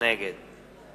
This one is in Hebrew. נגד